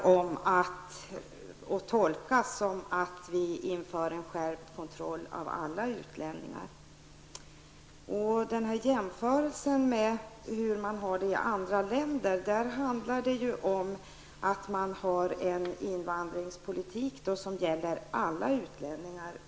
Det kan tolkas som att vi inför en skärpt kontroll av alla utlänningar. Beträffande jämförelser med andra länder är det faktiskt så att man har en invandringspolitik som gäller alla utlänningar.